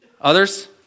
others